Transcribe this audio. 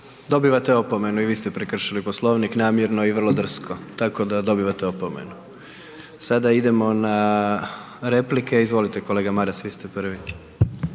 Dobivate opomenu, i vi ste prekršili Poslovnik namjerno i vrlo drsko, tako da dobivate opomenu. Sada idemo na replike, izvolite kolega Maras, vi ste prvi.